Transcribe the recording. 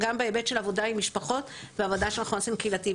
גם בהיבט של עבודה עם משפחות ועבודה שאנחנו עושים קהילתית.